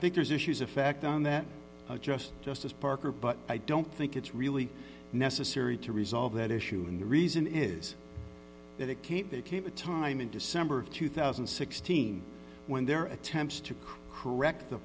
think there's issues affect on that just just as parker but i don't think it's really necessary to resolve that issue and the reason is that it can't they came a time in december of two thousand and sixteen when their attempts to correct the